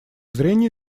зрения